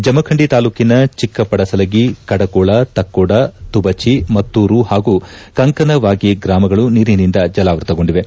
ಜಮಖಂಡಿ ತಾಲೂಕಿನ ಚಿಕ್ಕಪಡಸಲಗಿಕಡಕೋಳ ತಕ್ಕೋಡ ತುಬಚಿ ಮುತ್ತೂರು ಹಾಗೂ ಕಂಕನವಾಗೆ ಗ್ರಾಮಗಳು ನೀರಿನಿಂದ ಜಲಾವೃತಗೊಂಡಿವೆ